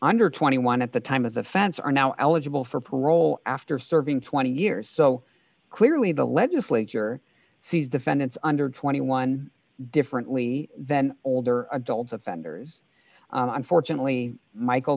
under twenty one dollars at the time of the fence are now eligible for parole after serving twenty years so clearly the legislature sees defendants under twenty one dollars differently than older adult offenders unfortunately michael